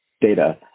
data